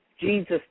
Jesus